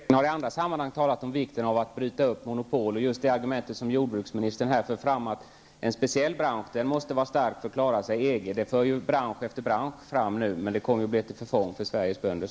Herr talman! Regeringen har i andra sammanhang talat om vikten av att bryta upp monopol och nämnt just det argument som jordbruksministern här för fram, att en speciell bransch måste vara stark för att klara sig i EG. Detta för bransch efter bransch nu fram, men det kommer sannolikt att bli till förfång för Sveriges bönder.